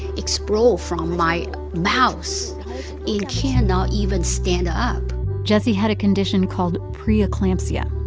explodes from my mouth and cannot even stand up jessie had a condition called pre-eclampsia.